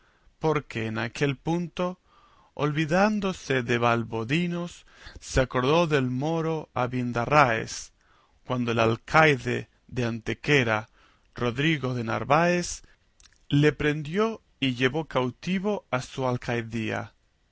porque en aquel punto olvidándose de valdovinos se acordó del moro abindarráez cuando el alcaide de antequera rodrigo de narváez le prendió y llevó cautivo a su alcaidía